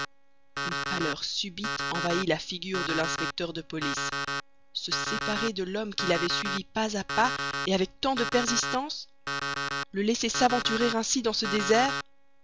une pâleur subite envahit la figure de l'inspecteur de police se séparer de l'homme qu'il avait suivi pas à pas et avec tant de persistance le laisser s'aventurer ainsi dans ce désert